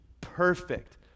perfect